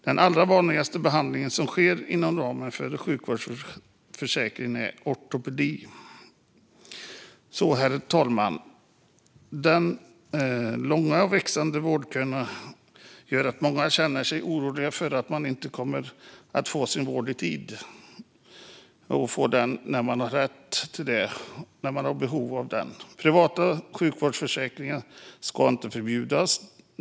De allra vanligaste behandlingarna som sker inom ramen för sjukvårdsförsäkringen är ortopediska. Herr talman! De långa och växande vårdköerna gör att många känner sig oroliga för att de inte kommer att få sin vård i tid när de har rätt till den och behov av den. Privata sjukvårdsförsäkringar ska inte förbjudas.